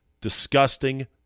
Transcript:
disgusting